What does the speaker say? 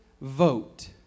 vote